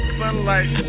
sunlight